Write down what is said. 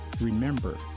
remember